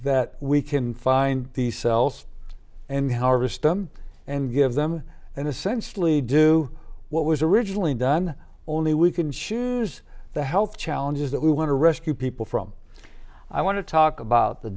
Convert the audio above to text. that we can find these cells and harvest them and give them and essentially do what was originally done only we can choose the health challenges that we want to rescue people from i want to talk about the